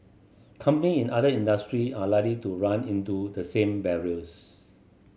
company in other industry are likely to run into the same barriers